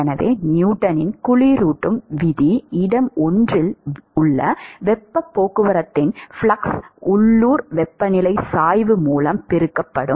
எனவே நியூட்டனின் குளிரூட்டும் விதி இடம் 1 இல் உள்ள வெப்பப் போக்குவரத்தின் ஃப்ளக்ஸ் உள்ளூர் வெப்பநிலை சாய்வு மூலம் பெருக்கப்படும்